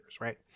right